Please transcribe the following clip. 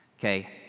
Okay